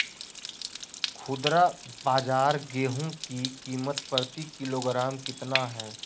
खुदरा बाजार गेंहू की कीमत प्रति किलोग्राम कितना है?